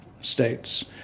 states